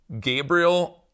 Gabriel